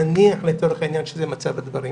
נניח, לצורך העניין, שזה מצב הדברים,